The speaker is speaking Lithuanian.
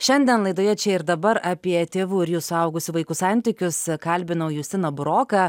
šiandien laidoje čia ir dabar apie tėvų ir jų suaugusių vaikų santykius kalbinau justiną buroką